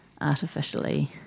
artificially